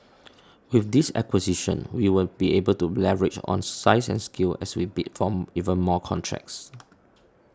with this acquisition we will be able to leverage on size and scale as we bid for even more contracts